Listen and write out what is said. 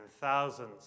thousands